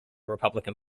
republican